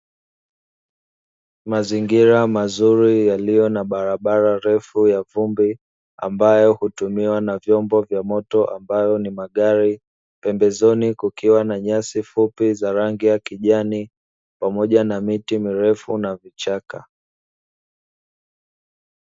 Mazingira mazuri yaliyo na barabara refu ya vumbi, ambayo hutumiwa na vyombo vya moto ambayo ni magari, pembezoni kukiwa na nyasi fupi za rangi ya kijani pamoja na miti mirefu na vichaka.